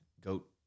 goat